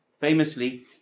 Famously